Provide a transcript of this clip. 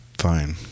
fine